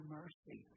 mercy